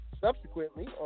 Subsequently